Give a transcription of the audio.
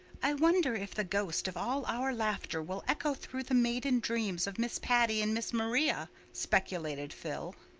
i wonder if the ghost of all our laughter will echo through the maiden dreams of miss patty and miss maria, speculated phil.